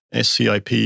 SCIP